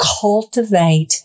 cultivate